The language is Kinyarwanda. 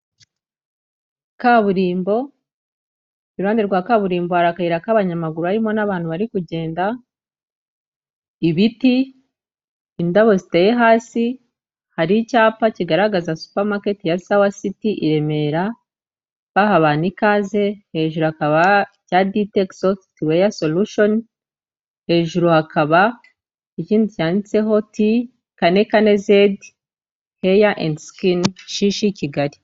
Kaburimbo, iruhande rwa kaburimbo hari akayira k'abanyamaguru harimo n'abantu bari kugenda, ibiti, indabo ziteye hasi, hari icyapa kigaragaza supermarket ya Sawa Citi, i Remera, baha abantu ikaze, hejuru hakaba icya DITEC software solution, hejuru hakaba ikindi cyanditseho T, kane, kane, Z, hair and skin, CHICHI Kigali.